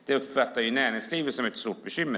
Det uppfattar i alla fall näringslivet som ett stort bekymmer.